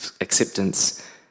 acceptance